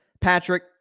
Patrick